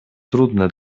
trudne